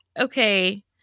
okay